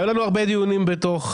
היו לנו הרבה דיונים במשרד,